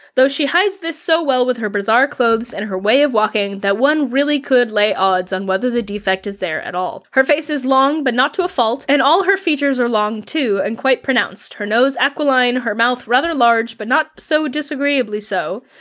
though she hides this so well with her bizarre clothes and her way of walking that one really could lay odds on whether the defect is there at all. her face is long, but not to a fault, and all her features are long too and quite pronounced, her nose aquiline, her mouth rather large but not so disagreeably so,